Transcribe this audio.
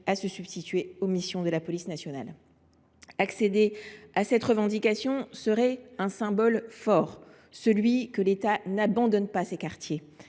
à se substituer aux missions de la police nationale. Accéder à cette revendication serait un symbole fort, démontrant que l’État n’abandonne pas ces quartiers.